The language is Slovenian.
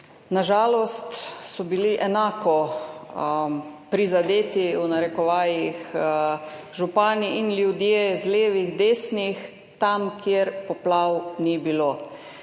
Na žalost so bili enako prizadeti, v narekovajih, župani in ljudje z leve, desne, tam, kjer poplav ni bilo.